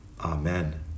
Amen